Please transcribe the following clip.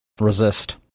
resist